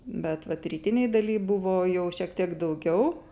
bet vat rytinėj daly buvo jau šiek tiek daugiau